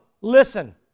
Listen